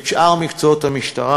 את שאר מקצועות המשטרה,